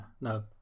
no